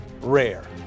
rare